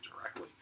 directly